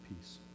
Peace